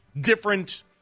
different